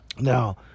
Now